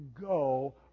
go